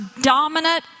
dominant